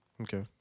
Okay